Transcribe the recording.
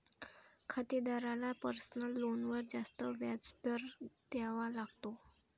खातेदाराला पर्सनल लोनवर जास्त व्याज दर द्यावा लागतो